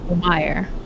wire